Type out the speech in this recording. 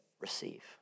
receive